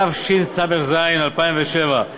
התשס"ז 2007,